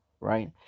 Right